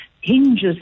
hinges